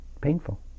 painful